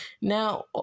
Now